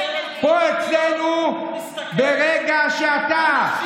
פה, אצלנו, ברגע, אתה מדבר על כבוד.